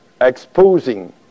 exposing